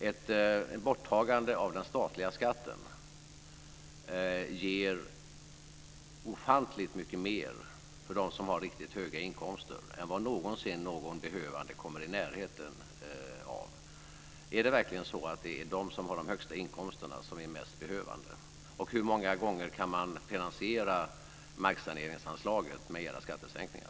Ett borttagande av den statliga skatten ger ofantligt mycket mer för dem som har riktigt höga inkomster än vad någon behövande någonsin kommer i närheten av. Är det verkligen så att det är de som har de högsta inkomsterna som är mest behövande, och hur många gånger kan man finansiera marksaneringsanslaget med era skattesänkningar?